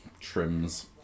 trims